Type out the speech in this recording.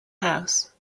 house